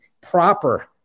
proper